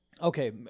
okay